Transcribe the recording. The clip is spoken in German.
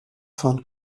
von